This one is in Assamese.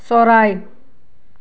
চৰাই